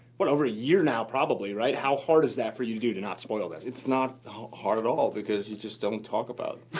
what, over a year now, probably, right? how hard is that for you to do, to not spoil it? it's not hard at all because you just don't talk about